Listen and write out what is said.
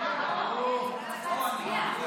צריך להצביע.